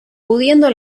pudiendo